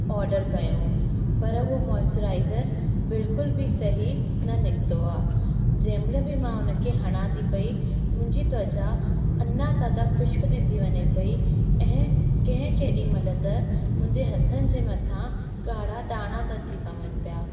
order कयो पर उहो मॉइस्चराइज़र बिल्कुल बि सही न निकितो आहे जेमहिल बि मां उन खे हणा थी पई मुंहिंजी त्वचा अञा सां त ख़ुश्क थी वञे पए ऐं कंहिं केॾीमहिल त मुंहिंजे हथनि जे मथा ॻाढ़ा दाणा था थी पवनि पिया